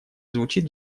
звучит